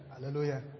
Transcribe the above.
Hallelujah